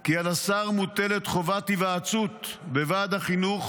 כי על השר מוטלת חובת היוועצות בוועד החינוך